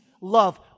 love